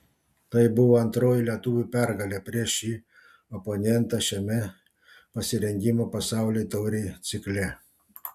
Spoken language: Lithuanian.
tai buvo antroji lietuvių pergalė prieš šį oponentą šiame pasirengimo pasaulio taurei cikle